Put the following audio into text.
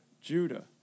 Judah